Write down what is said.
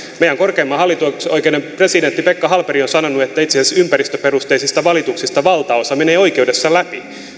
meidän korkeimman hallinto oikeuden presidentti pekka hallberg on sanonut että itse asiassa ympäristöperusteisista valituksista valtaosa menee oikeudessa läpi